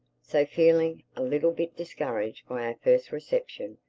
so, feeling a little bit discouraged by our first reception,